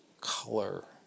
color